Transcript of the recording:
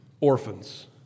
orphans